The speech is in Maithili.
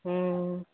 हूँ